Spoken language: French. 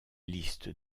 liste